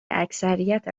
اکثریت